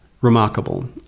remarkable